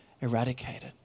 eradicated